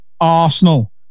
Arsenal